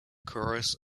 chorus